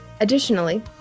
Additionally